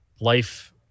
life